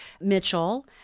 Mitchell